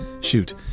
shoot